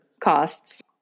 costs